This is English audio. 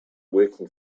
working